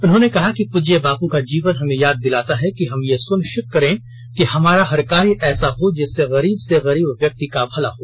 उन्होंने कहा कि पूज्य बापू का जीवन हमें याद दिलाता है कि हम ये सुनिश्चित करें कि हमारा हर कार्य ऐसा हो जिससे गरीब से गरीब व्यक्ति का भला हो